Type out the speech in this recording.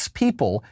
people